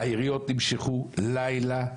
היריות נמשכו בכל לילה,